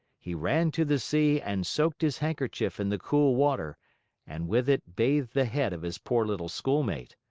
he ran to the sea and soaked his handkerchief in the cool water and with it bathed the head of his poor little schoolmate.